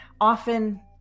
often